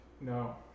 No